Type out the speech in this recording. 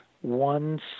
one